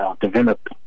develop